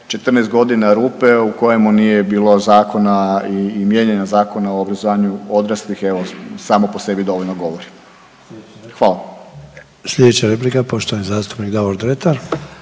14 godina rupe u kojemu nije bilo zakona i mijenjanja Zakona o obrazovanju odraslih samo po sebi dovoljno govori. Hvala. **Sanader, Ante (HDZ)** Slijedeća replika poštovani zastupnik Davor Dretar.